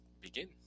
begin